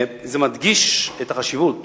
זה מדגיש את החשיבות